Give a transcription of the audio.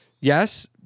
yes